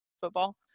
football